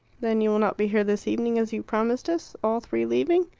then you will not be here this evening as you promised us. all three leaving?